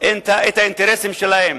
את האינטרסים שלהם.